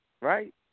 right